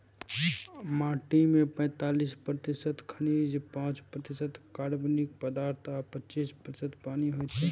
माटि मे पैंतालीस प्रतिशत खनिज, पांच प्रतिशत कार्बनिक पदार्थ आ पच्चीस प्रतिशत पानि होइ छै